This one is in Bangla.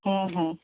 হ্যাঁ হ্যাঁ